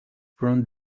from